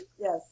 Yes